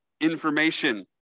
information